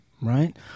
right